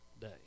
Day